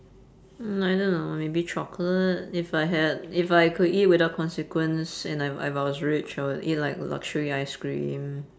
mm I don't know maybe chocolate if I had if I could eat without consequence and if if I was rich I would eat like luxury ice cream